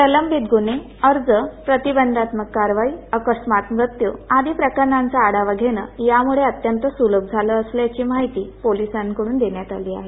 प्रलंबित गुन्हेअर्ज प्रतिबंधात्मक कारवाईअकस्मात मृत्यू आदी प्रकरणांचा आढावा घेणं यामुळे अत्यंत सुलभ झालं असल्याची माहिती पोलिसांकडून देण्यात आली आहे